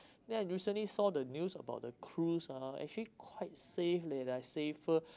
then I recently saw the news about the cruise ah actually quite safe leh like safer